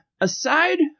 aside